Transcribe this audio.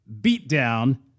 beatdown